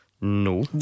No